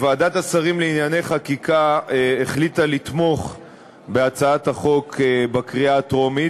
ועדת השרים לענייני חקיקה החליטה לתמוך בהצעת החוק בקריאה הטרומית,